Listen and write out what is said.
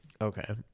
okay